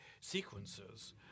sequences